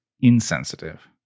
insensitive